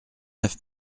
neuf